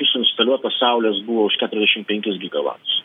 išinstaliuotos saulės buvo už keturiasdešim penkis gigavatus